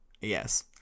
Yes